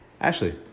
Ashley